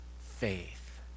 faith